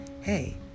Hey